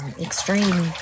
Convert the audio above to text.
extreme